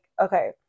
okay